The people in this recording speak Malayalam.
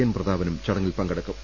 എൻ പ്രതാപനും ചടങ്ങിൽ പങ്കെ ടുക്കും